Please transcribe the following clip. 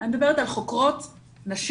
אני מדברת על חוקרות נשים.